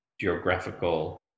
geographical